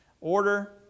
Order